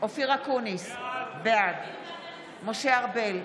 אופיר אקוניס, בעד משה ארבל,